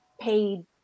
paid